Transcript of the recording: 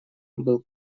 был